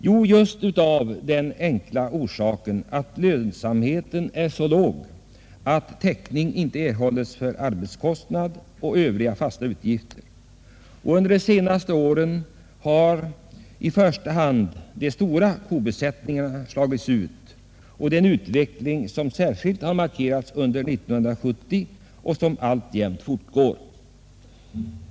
Jo, just av den enkla anledningen att lönsamheten är så låg att arbetskostnader och övriga fasta utgifter inte kan täckas. Under de senaste åren har i första hand de stora kobesättningarna slagits ut. Den utvecklingen har varit särskilt markant under 1970 och den fortgår alltjämt.